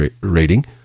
rating